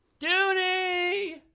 Dooney